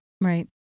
Right